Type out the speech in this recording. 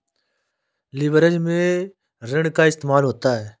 leverage में ऋण का इस्तेमाल होता है